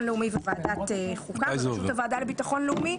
לאומי וועדת החוקה בראשות הוועדה לביטחון לאומי,